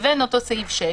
לבין אותו סעיף 6,